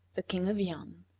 the king of yan.